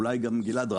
ואולי גם גלעד,